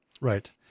right